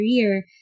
career